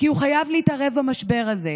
כי הוא חייב להתערב במשבר הזה.